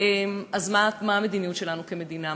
אז מה המדיניות שלנו כמדינה?